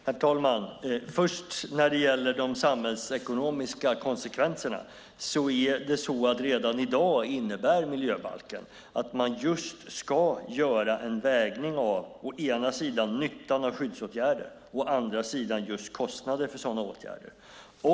Herr talman! När det gäller de samhällsekonomiska konsekvenserna är det redan i dag så att miljöbalken innebär att man ska göra en avvägning av å ena sidan nyttan av skyddsåtgärder och å andra sidan kostnader för sådana åtgärder.